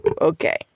Okay